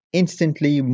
instantly